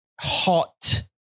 Hot